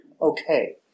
Okay